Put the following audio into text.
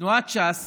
תנועת ש"ס